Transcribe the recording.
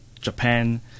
Japan